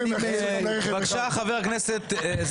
אל תיקחו אותנו כמובנים מאליהם.